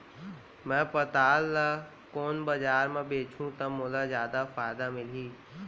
मैं पताल ल कोन बजार म बेचहुँ त मोला जादा फायदा मिलही?